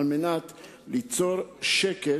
על מנת ליצור שקט.